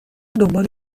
دنبال